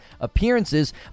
appearances